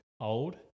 old